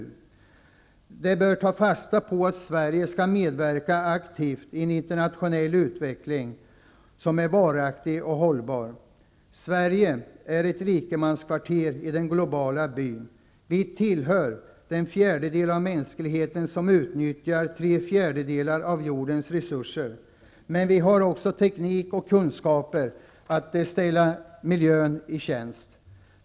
Detta steg bör ta fasta på att Sverige aktivt skall medverka i en internationell utveckling som är varaktig och hållbar. Sverige är ''ett rikemanskvarter i den globala byn''. Vi tillhör den fjärdedel av mänskligheten som utnyttjar tre fjärdedelar av jordens resurser. Men vi har också teknik och kunskaper att ställa till förfogande i miljöns tjänst.